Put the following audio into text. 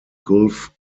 gulf